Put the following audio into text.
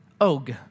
Og